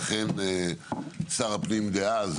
ואכן, שר הפנים דאז